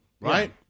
Right